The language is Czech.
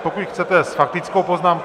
Pokud chcete s faktickou poznámkou...